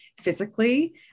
physically